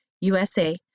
USA